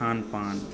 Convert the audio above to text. खान पान